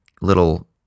little